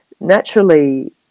Naturally